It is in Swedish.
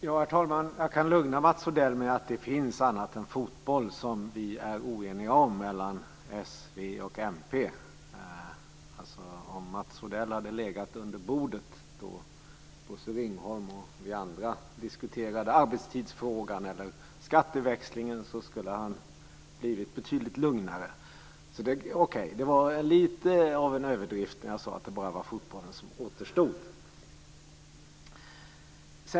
Herr talman! Jag kan lugna Mats Odell med att det finns annat än fotboll som vi är oeniga om mellan s, v och mp. Om Mats Odell hade legat under bordet då Bosse Ringholm och vi andra diskuterade arbetstidsfrågan eller skatteväxlingen skulle han ha blivit betydligt lugnare. Okej, det var lite av en överdrift när jag sade att det bara var fotbollen som återstod.